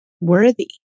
worthy